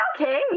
okay